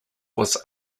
was